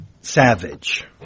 Savage